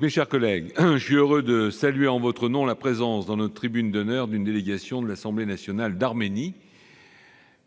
Mes chers collègues, je suis heureux de saluer en votre nom la présence, dans notre tribune d'honneur, d'une délégation de l'Assemblée nationale d'Arménie,